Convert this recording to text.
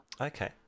Okay